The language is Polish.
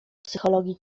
psychologii